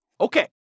Okay